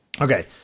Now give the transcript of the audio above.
Okay